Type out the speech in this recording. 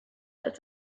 als